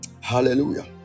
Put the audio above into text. hallelujah